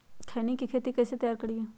खैनी के खेत कइसे तैयार करिए?